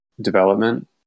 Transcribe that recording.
development